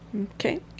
okay